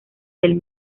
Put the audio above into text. del